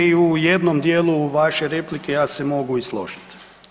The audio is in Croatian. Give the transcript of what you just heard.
I u jednom djelu vaše replike ja se mogu i složiti.